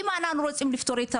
אם אנחנו רוצים לפתור את הבעיה,